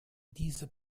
diese